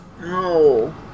No